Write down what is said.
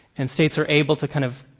and states are able to kind of,